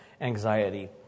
anxiety